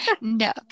no